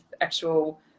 actual